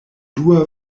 dua